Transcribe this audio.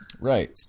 Right